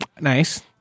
Nice